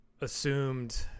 assumed